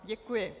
Děkuji.